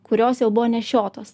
kurios jau buvo nešiotos